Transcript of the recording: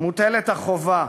מוטלת החובה.